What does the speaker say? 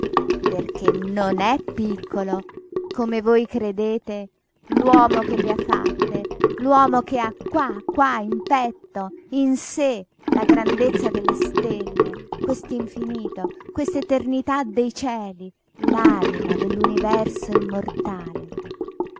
perché non è piccolo come voi credete l'uomo che le ha fatte l'uomo che ha qua qua in petto in sé la grandezza delle stelle quest'infinito quest'eternità dei cieli l'anima dell'universo immortale